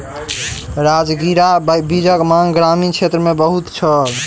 राजगिरा बीजक मांग ग्रामीण क्षेत्र मे बहुत छल